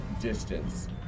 distance